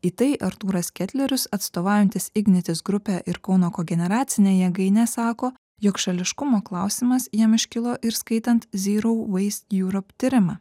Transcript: į tai artūras ketlerius atstovaujantis ignitis grupę ir kauno kogeneracinę jėgainę sako jog šališkumo klausimas jam iškilo ir skaitant zero waste europe tyrimą